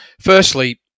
firstly